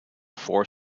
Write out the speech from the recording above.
four